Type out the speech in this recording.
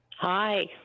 Hi